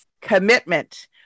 commitment